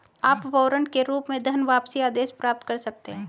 आप वारंट के रूप में धनवापसी आदेश प्राप्त कर सकते हैं